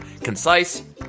concise